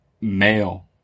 Male